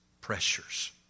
pressures